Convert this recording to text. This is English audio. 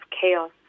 chaos